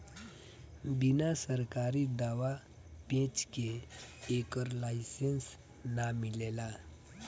बिना सरकारी दाँव पेंच के एकर लाइसेंस ना मिलेला